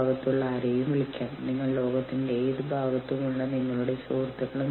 സംഘടന പറഞ്ഞേക്കാം ശരി നിങ്ങൾ ഒരു യൂണിയൻ ഉണ്ടാക്കിയാൽ ഞങ്ങൾ നിങ്ങളെ പുറത്താക്കും